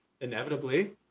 inevitably